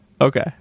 Okay